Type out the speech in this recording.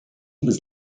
was